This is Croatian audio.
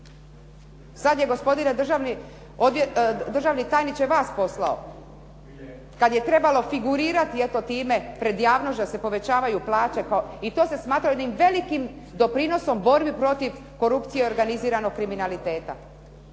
Sad je, gospodine državni tajniče, vas poslao. Kad se trebalo figurirati eto time pred javnost da se povećavaju plaće i to se smatra jednim velikim doprinosom borbi protiv korupcije i organiziranog kriminaliteta.